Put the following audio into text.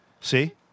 See